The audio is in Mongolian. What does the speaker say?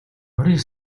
морин